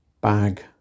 bag